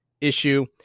issue